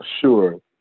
sure